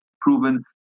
proven